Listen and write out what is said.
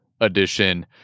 edition